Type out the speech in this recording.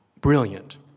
Brilliant